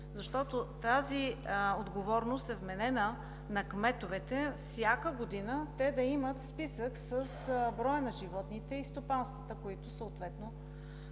Защото тази отговорност е вменена на кметовете – всяка година те да имат списък с броя на животните и стопанствата, които са в